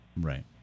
Right